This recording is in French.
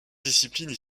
disciplines